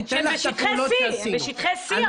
שהם בשטחי C. אז אני אתן לך את הפעולות שעשינו.